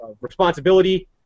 responsibility